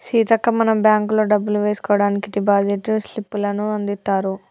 సీతక్క మనం బ్యాంకుల్లో డబ్బులు వేసుకోవడానికి డిపాజిట్ స్లిప్పులను అందిత్తారు